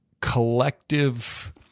collective